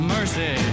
Mercy